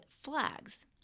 flags